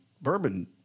Bourbon